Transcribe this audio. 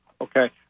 Okay